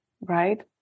right